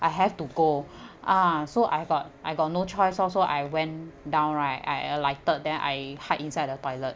I have to go ah so I've got I've got no choice so so I went down right I alighted then I hide inside the toilet